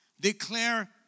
declare